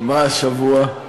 מה השבוע?